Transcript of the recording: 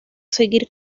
seguir